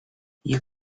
you